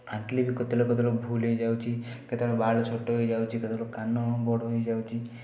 ଆଙ୍କିଲେ ବି କେତେବେଳେ କେତେବେଳେ ଭୁଲ ହେଇଯାଉଛି କେତେବେଳେ ବାଳ ଛୋଟ ହେଇଯାଉଛି କେତେବେଳେ କାନ ବଡ଼ ହେଇଯାଉଛି